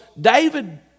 David